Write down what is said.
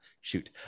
Shoot